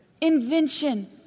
invention